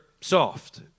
soft